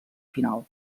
final